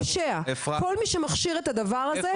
פושע, כל מי שמכשיר את הדבר הזה את זה.